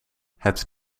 het